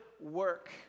work